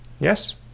yes